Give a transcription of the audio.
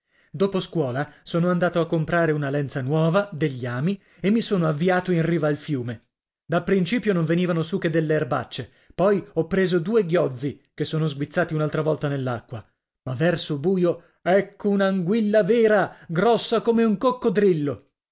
dopo scuola sono andato a comprare una lenza nuova degli ami e mi sono avviato in riva al fiume da principio non venivano su che delle erbacce poi ho preso due ghiozzi che sono sguizzati un'altra volta nell'acqua ma verso buio ecco un'anguilla vera grossa come un coccodrillo